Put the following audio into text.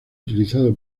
utilizado